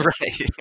Right